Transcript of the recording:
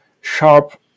sharp